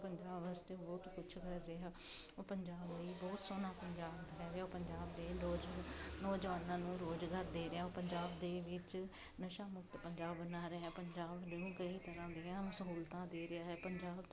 ਪੰਜਾਬ ਵਾਸਤੇ ਬਹੁਤ ਕੁਛ ਕਰ ਰਿਹਾ ਉਹ ਪੰਜਾਬ ਲਈ ਬਹੁਤ ਸੋਹਣਾ ਪੰਜਾਬ ਬਣਾ ਰਿਹਾ ਉਹ ਪੰਜਾਬ ਦੇ ਨੌਜ ਨੌਜਵਾਨਾਂ ਨੂੰ ਰੋਜ਼ਗਾਰ ਦੇ ਰਿਹਾ ਉਹ ਪੰਜਾਬ ਦੇ ਵਿੱਚ ਨਸ਼ਾ ਮੁਕਤ ਪੰਜਾਬ ਬਣਾ ਰਿਹਾ ਪੰਜਾਬ ਨੂੰ ਕਈ ਤਰ੍ਹਾਂ ਦੀਆਂ ਸਹੂਲਤਾਂ ਦੇ ਰਿਹਾ ਹੈ ਪੰਜਾਬ